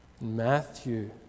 Matthew